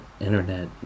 Internet